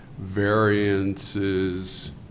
variances